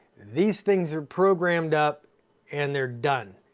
these things are programmed up and they're done.